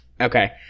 okay